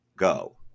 Go